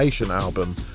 album